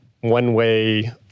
one-way